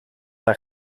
haar